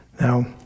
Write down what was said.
Now